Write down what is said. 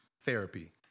therapy